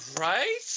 right